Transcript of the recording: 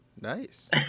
Nice